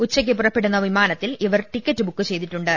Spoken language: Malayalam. ഉച്ചയ്ക്ക് പുറപ്പെടുന്ന വിമാന ത്തിൽ ഇവർ ടിക്കറ്റ് ബുക്ക് ചെയ്തിട്ടുണ്ട്